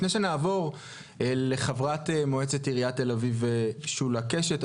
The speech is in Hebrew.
לפני שנעבור לחברת מועצת העירייה שולה קשת,